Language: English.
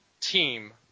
team